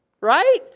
right